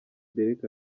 derek